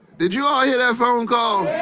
did you all hear that phone call?